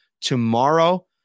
tomorrow